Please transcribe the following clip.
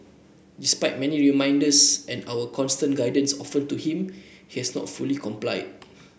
despite many reminders and our constant guidance offered to him has not fully complied